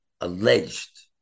alleged